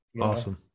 Awesome